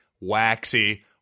waxy